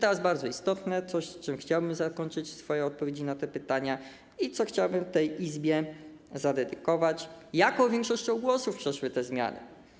I bardzo istotne coś, czym chciałbym zakończyć swoje odpowiedzi na te pytania i co chciałbym tej Izbie zadedykować: Jaką większością głosów przeszły te zmiany?